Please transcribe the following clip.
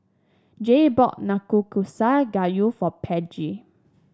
Jay bought Nanakusa Gayu for Peggy